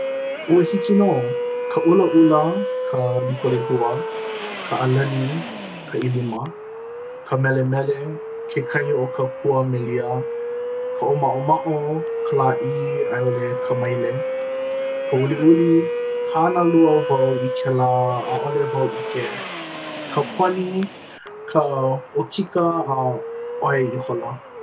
ua hiki nō ka ʻulaʻula, ka liko lehua ka ʻalani ka ʻilima. ka melemele, kekahi o ka pua melia ka ʻōmaʻomaʻo, ka lāʻī a i ʻole ka maile ka uliuli kānālua wau i kēlā ʻaʻale wau ʻike ka poni ka ʻokika a ʻoia ihola